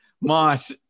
moss